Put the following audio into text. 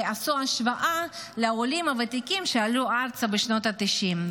ועשו השוואה לעולים הוותיקים שעלו ארצה בשנות התשעים.